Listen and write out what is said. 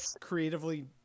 creatively